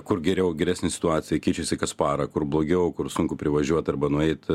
kur geriau geresnė situacija keičiasi kas parą kur blogiau kur sunku privažiuot arba nueit